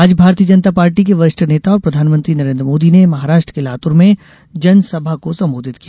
आज भारतीय जनता पार्टी के वरिष्ठ नेता और प्रधानमंत्री नरेन्द्र मोदी ने महाराष्ट्र के लातुर में जनसभा को संबोधित किया